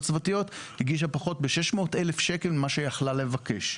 הצוותיות הגישה פחות ב-600,000 שקלים ממה שיכלה לבקש.